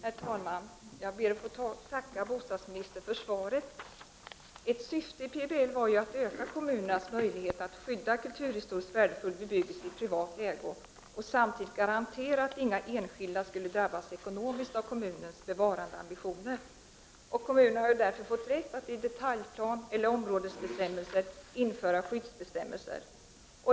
Herr talman! Jag ber att få tacka bostadsministern för svaret. Ett syfte med planoch bygglagen var ju att öka kommunernas möjlighet att skydda kulturhistoriskt värdefull bebyggelse i privat ägo och samtidigt garantera att inga enskilda skulle drabbas ekonomiskt av kommunens bevarandeambitioner. Kommunerna har ju därför fått rätt att i detaljplan eller områdesbestämmelser införa skyddsbestämmelser.